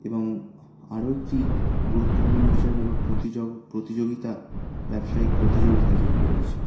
এবং আরও একটি গুরুত্বপূর্ণ বিষয় হলো প্রতিযোগ প্রতিযোগিতা ব্যবসায়িক প্রতিযোগিতা যেগুলি রয়েছে